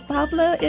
Pablo